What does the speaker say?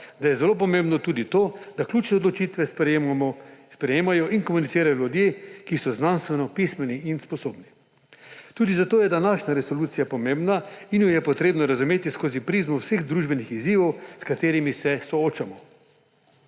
da je zelo pomembno tudi to, da ključne odločitve sprejemajo in komunicirajo ljudje, ki so znanstveno pismeni in sposobni. Tudi zato je današnja resolucija pomembna in jo je potrebno razumeti skozi prizmo vseh družbenih izzivov, s katerimi se soočamo.